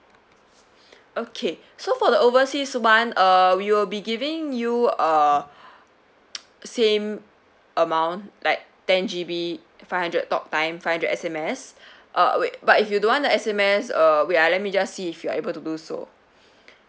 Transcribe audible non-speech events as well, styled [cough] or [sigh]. [breath] okay so for the overseas [one] uh we will be giving you uh [noise] same amount like ten G_B five hundred talk time five hundred S_M_S [breath] uh wait but if you don't want the S_M_S uh wait ah let me just see if you're able to do so [breath]